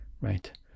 right